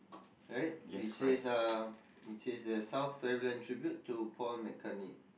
alright it says uh it says the South Pavillion tribute to Paul-McCartney